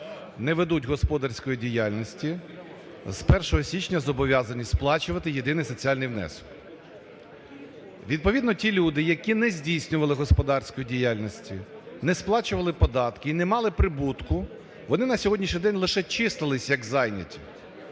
не ведуть господарської діяльності з 1 січня зобов'язанні сплачувати єдиний соціальний внесок. Відповідно ті люди, які не здійснювали господарської діяльності, не сплачували податки і не мали прибутку, вони на сьогоднішній день лише числились як зайняті.